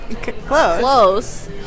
close